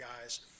guys